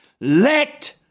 Let